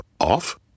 off